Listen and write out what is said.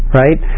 right